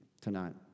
tonight